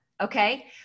Okay